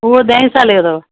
उहो ॾह साले जो अथव